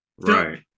Right